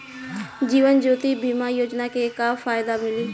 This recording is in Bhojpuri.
जीवन ज्योति बीमा योजना के का फायदा मिली?